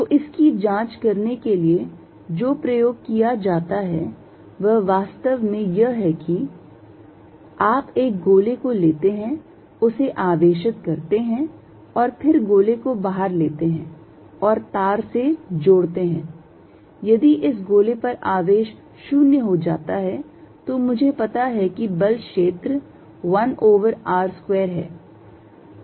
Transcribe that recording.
तो इसकी जांच करने के लिए जो प्रयोग किया जाता है वह वास्तव में यह है कि आप एक गोले को लेते हैं उसे आवेशित करते हैं और फिर गोले को बाहर लेते हैं और तार से जोड़ते हैं यदि इस गोले पर आवेश 0 हो जाता है तो मुझे पता है कि बल क्षेत्र 1 over r square है